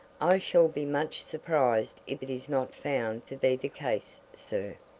i shall be much surprised if it is not found to be the case, sir,